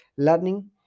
learning